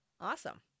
Awesome